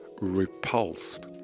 repulsed